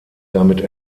damit